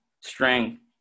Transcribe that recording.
strength